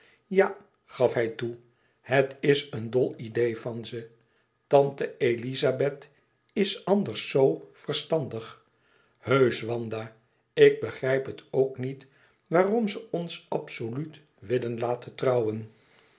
ja gaf hij toe het is een dol idee van ze tante elizabeth is anders zoo verstandig heusch wanda ik begrijp het ook niet waarom ze ons absoluut willen laten trouwen